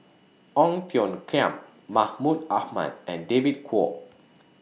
Ong Tiong Khiam Mahmud Ahmad and David Kwo